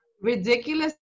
Ridiculous